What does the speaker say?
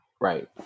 Right